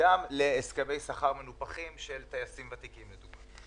יקדם להסכמי שכר מנופחים של טייסים ותיקים לדוגמה.